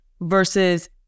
versus